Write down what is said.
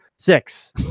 six